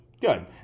good